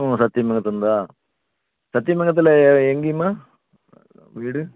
ம் சத்யமங்கலத்திலேருந்தா சத்யமங்கலத்தில் எங்கேம்மா வீடு